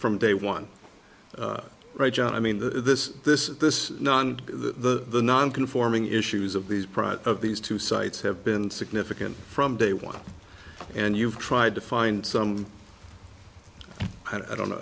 from day one right john i mean the this this this non the non conforming issues of these price of these two sites have been significant from day one and you've tried to find some i don't know